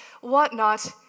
whatnot